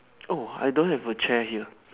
oh I don't have a chair here